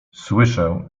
słyszę